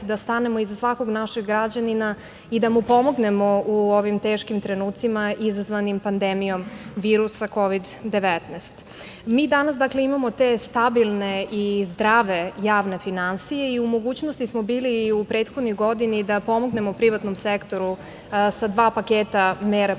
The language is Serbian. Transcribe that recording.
da stanemo iza svakog našeg građanina i da mu pomognemo u ovim teškim trenucima izazvanim pandemijom virusa Kovid 19.Mi danas imamo te stabilne i zdrave javne finansije i u mogućnosti smo bili i u prethodnoj godini da pomognemo privatnom sektoru sa dva paketa mera pomoći